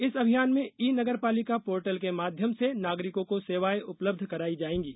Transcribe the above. इस अभियान में ई नगरपालिका पोर्टल के माध्यम से नागरिकों को सेवाएं उपलब्ध कराई जाएंगी